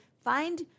find